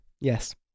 Yes